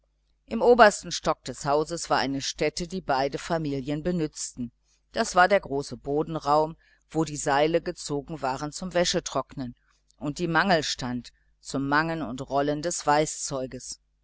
im obersten stock des hauses war ein revier das beide familien benützten das war der große bodenraum wo die seile gezogen waren zum wäschetrocknen und die mange stand zum mangen und rollen des